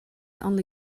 only